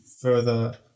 further